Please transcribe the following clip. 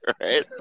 Right